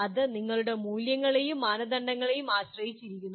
അത് നിങ്ങളുടെ മൂല്യങ്ങളെയും മാനദണ്ഡങ്ങളെയും ആശ്രയിച്ചിരിക്കുന്നു